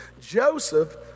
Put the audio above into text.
Joseph